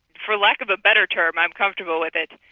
for lack of a better term i'm comfortable with it.